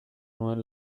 nuen